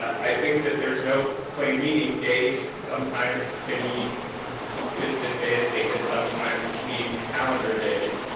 i think that there's no plain meaning. days sometimes can mean business days they can sometimes mean calendar days,